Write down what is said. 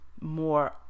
more